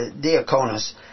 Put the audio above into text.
diaconus